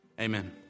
Amen